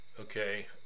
Okay